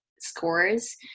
scores